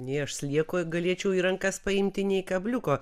nei aš slieko galėčiau į rankas paimti nei kabliuko